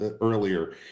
earlier